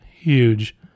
huge